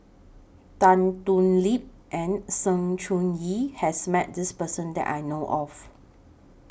Tan Thoon Lip and Sng Choon Yee has Met This Person that I know of